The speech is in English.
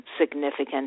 significant